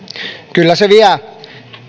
kyllä se vie